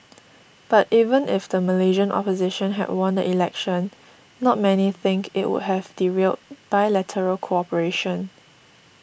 but even if the Malaysian opposition had won the election not many think it would have derailed bilateral cooperation